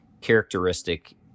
characteristic